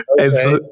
okay